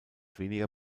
weniger